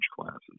classes